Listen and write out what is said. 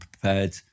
prepared